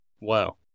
Wow